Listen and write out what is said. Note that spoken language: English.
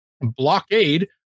blockade